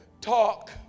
talk